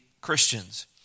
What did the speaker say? Christians